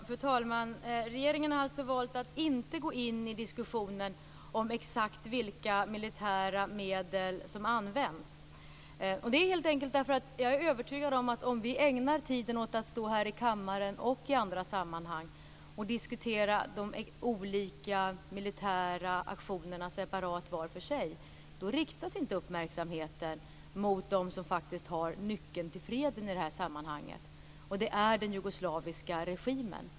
Fru talman! Regeringen har valt att inte gå in i diskussionen om exakt vilka militära medel som används. Det beror helt enkelt på att jag är övertygad om att om vi ägnar tiden åt att här i kammaren och i andra sammanhang diskutera de olika militära aktionerna var för sig, riktas inte uppmärksamheten åt det håll där man faktiskt har nyckeln till freden i det här sammanhanget, och det är den jugoslaviska regimen.